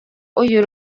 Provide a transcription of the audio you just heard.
uyu